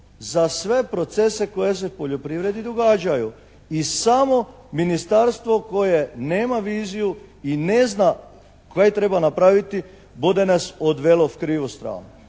za sve procese koji se u poljoprivredi događaju i samo ministarstvo koje nema viziju i ne zna kaj treba napraviti bude nas odvelo u krivu stranu.